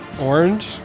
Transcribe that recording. Orange